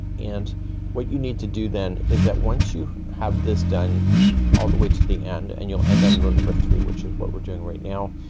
and what you need to do then, is that once you have this done all the way to the end, and you'll end on row number three, which is what we're doing right now,